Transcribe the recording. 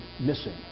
missing